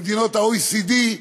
מדינות ה-OECD,